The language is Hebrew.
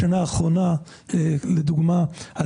לדוגמה,